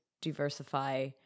diversify